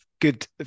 good